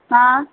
हाँ